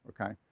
Okay